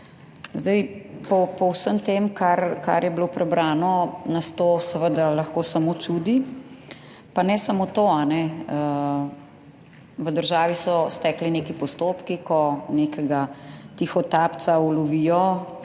po vsem tem, kar je bilo prebrano, nas to seveda lahko samo čudi, pa ne samo to. V državi so stekli neki postopki, ko nekega tihotapca ulovijo,